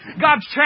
God's